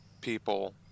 people